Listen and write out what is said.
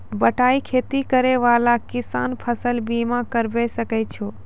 बटाई खेती करै वाला किसान फ़सल बीमा करबै सकै छौ?